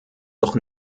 doch